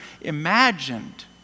imagined